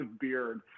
beard